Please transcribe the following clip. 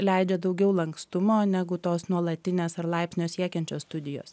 leidžia daugiau lankstumo negu tos nuolatinės ar laipsnio siekiančios studijos